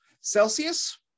Celsius